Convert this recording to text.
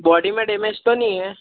body में damage तो नहीं है